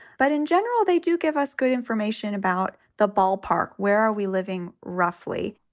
but in general, they do give us good information about the ballpark. where are we living roughly?